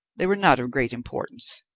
they were not of great importance.